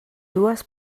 dues